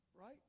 Right